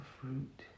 fruit